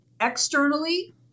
externally